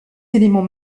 éléments